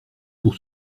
pour